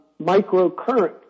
Microcurrent